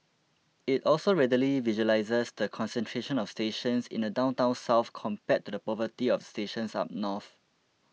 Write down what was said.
it also readily visualises the concentration of stations in the downtown south compared to the poverty of stations up north